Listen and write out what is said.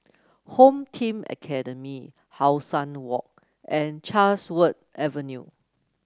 Home Team Academy How Sun Walk and Chatsworth Avenue